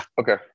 Okay